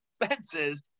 expenses